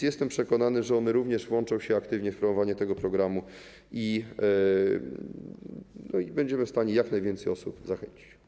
Jestem więc przekonany, że oni również włączą się aktywnie w kreowanie tego programu i będziemy w stanie jak najwięcej osób zachęcić.